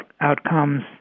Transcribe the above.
outcomes